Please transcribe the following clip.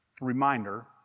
Reminder